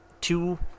Two